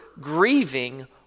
grieving